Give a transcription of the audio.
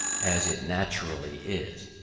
as it naturally is.